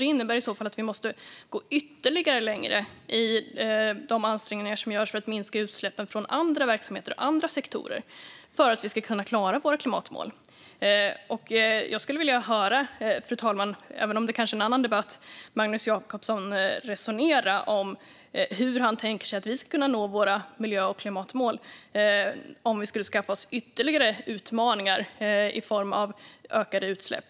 Det innebär i så fall att vi måste gå ytterligare längre i de ansträngningar som görs för att minska utsläppen från andra verksamheter och andra sektorer, för att vi ska kunna klara våra klimatmål. Fru talman! Även om det kanske är en annan debatt skulle jag vilja höra Magnus Jacobsson resonera om hur han tänker sig att vi ska kunna nå våra miljö och klimatmål om vi skulle skaffa oss ytterligare utmaningar i form av ökade utsläpp.